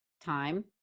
time